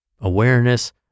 awareness